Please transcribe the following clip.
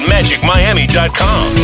MagicMiami.com